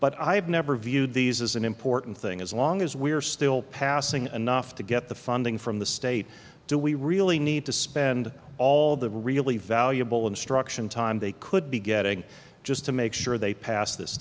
but i have never viewed these as an important thing as long as we are still passing enough to get the funding from the state do we really need to spend all the really valuable instruction time they could be getting just to make sure they pass this